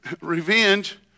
Revenge